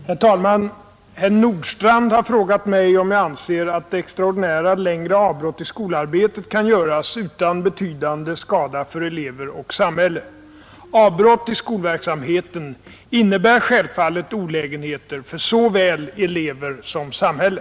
Herr talman! Herr Nordstrandh har frågat mig, om jag anser att extraordinära längre avbrott i skolarbetet kan göras utan betydande skada för elever och samhälle. Avbrott i skolverksamheten innebär självfallet olägenheter för såväl elever som samhälle.